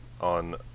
on